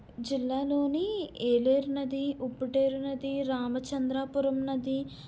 జిల్లాలోని ఏలేరు నది ఉప్పుటేరు నది రామచంద్రాపురం నది